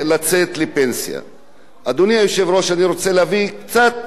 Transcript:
אני רוצה להביא קצת נתונים סטטיסטיים.